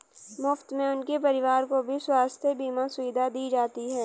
मुफ्त में उनके परिवार को भी स्वास्थ्य बीमा सुविधा दी जाती है